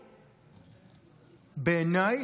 בעיניי,